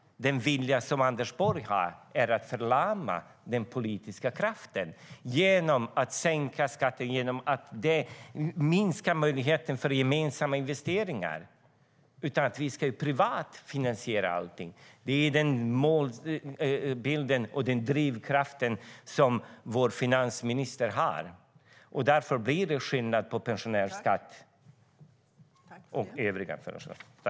Den vilja som Anders Borg har är självklart att förlama den politiska kraften genom att sänka skatter och minska möjligheter till gemensamma investeringar. Vi ska finansiera allt privat. Det är den drivkraft som vår finansminister har. Därför blir det skillnad på skatt för pensionärer och för övriga.